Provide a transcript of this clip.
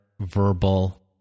verbal